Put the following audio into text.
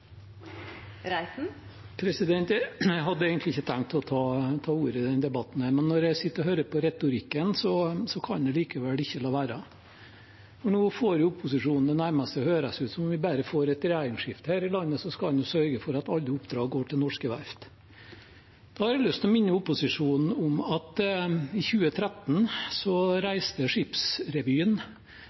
Jeg hadde egentlig ikke tenkt å ta ordet i denne debatten, men når jeg sitter og hører på retorikken, kan jeg likevel ikke la være. Nå får opposisjonen det nærmest til å høres ut som at bare vi får et regjeringsskifte her i landet, skal en sørge for at alle oppdrag går til norske verft. Da har jeg lyst til å minne opposisjonen om at i 2013 reiste